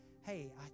hey